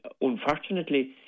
unfortunately